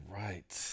right